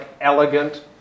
elegant